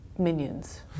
minions